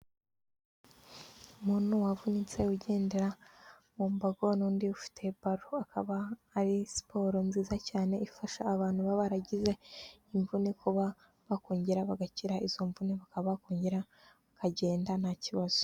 Umuntu wavunitse ugendera mu mbago n'undi ufite ballon akaba ari siporo nziza cyane ifasha abantu baba baragize imvune kuba bakongera bagakira izo mvune bakaba bakonngera bakagenda nta kibazo.